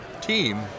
team